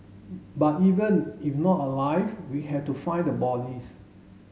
but even if not alive we had to find the bodies